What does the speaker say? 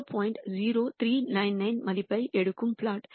0399 மதிப்பை எடுக்கும் பிளாட்